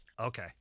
Okay